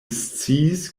sciis